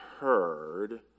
heard